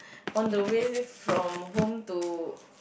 on the way from home to